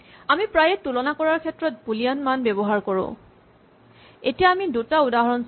আমি প্ৰায়ে তুলনা কৰাৰ ক্ষেত্ৰত বুলিয়ান মান ব্যৱহাৰ কৰোঁ এতিয়া আমি দুটা উদাহৰণ চালো